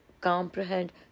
comprehend